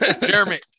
Jeremy